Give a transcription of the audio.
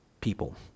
people